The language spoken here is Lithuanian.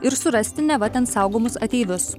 ir surasti neva ten saugomus ateivius